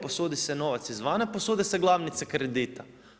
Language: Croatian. Posudi se novac izvana, posude se glavnice kredita.